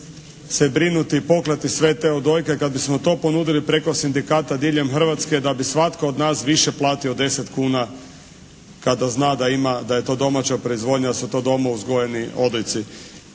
se brinuti i poklati sve te odojke, kad bismo to ponudili preko sindikata diljem Hrvatske da bi svatko od nas više platio deset kuna kada zna da ima, da je to domaća proizvodnja, da su to doma uzgojeni odojci.